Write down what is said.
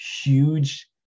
huge